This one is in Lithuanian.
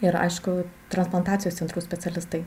ir aišku transplantacijos centrų specialistai